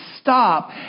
stop